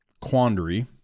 quandary